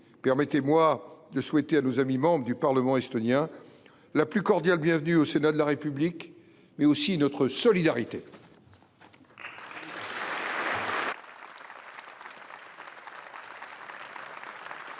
permettez moi de souhaiter à nos amis membres du Parlement estonien la plus cordiale bienvenue au Sénat de la République française, mais aussi de leur